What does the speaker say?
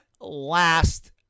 last